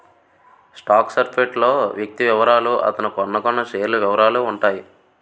stock certificate లో వ్యక్తి వివరాలు అతను కొన్నకొన్న షేర్ల వివరాలు ఉంటాయి